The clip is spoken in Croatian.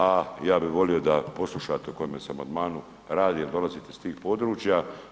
A ja bih volio da poslušate o kojemu se amandmanu radi jer dolazite iz tih područja.